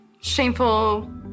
shameful